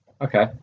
Okay